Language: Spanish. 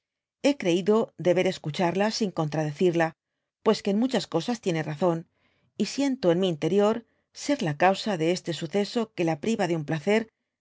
he creido deber escucharla sin contradecirla pues que en muchas cosas tiene rascón y siento en mi interior ser la causa de este suceso que la priva de un placer